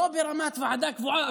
לא ברמת ועדה קבועה,